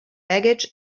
baggage